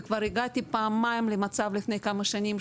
וכבר הגעתי פעמיים למצב לפני כמה שנים,